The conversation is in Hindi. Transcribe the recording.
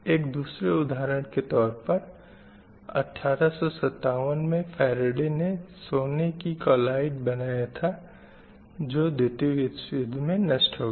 एक दूसरे उदाहरण के तौर पर 1857 में फ़ैरडे ने सोने को कालॉड बनाया था जो द्वितीय विश्व युध में नष्ट हो गया